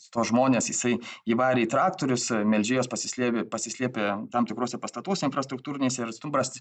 tuos žmones jisai įvarė į traktorius melžėjos pasislėpė pasislėpė tam tikruose pastatuose infrastruktūrinėse ir stumbras